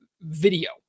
video